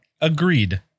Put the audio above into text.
Agreed